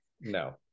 no